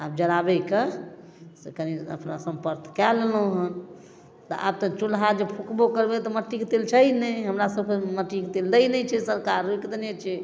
आब जराबैके से कनी अपना सम्पर्थ कऽ लेलहुँ तऽ आब तऽ चुल्हा जे फुकबो करबै तऽ मट्टीके तेल छै नहि हमरासबके मट्टीके तेल दै नहि छै सरकार रोकि देने छै